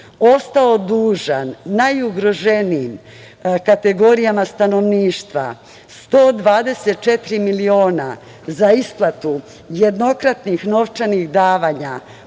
ostao dužan najugroženijim kategorijama stanovništva 124 miliona za isplatu jednokratnih novčanih davanja,